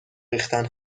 ریختن